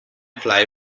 fly